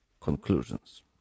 conclusions